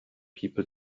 people